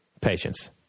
Patience